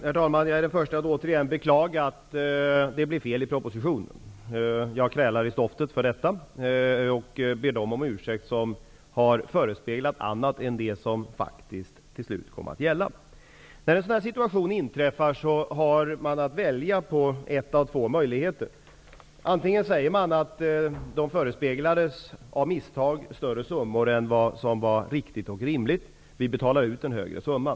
Herr talman! Jag är den förste att återigen beklaga att det blev fel i propositionen. Jag krälar i stoftet för detta och ber dem om ursäkt som förespeglats annat än det som faktiskt till slut kom att gälla. I en sådan här situation har man att välja en av två möjligheter. Antingen säger man att verksamheten av misstag förespeglades större summor än vad som var riktigt och rimligt -- vi betalar ut en högre summa.